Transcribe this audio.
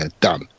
Done